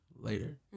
later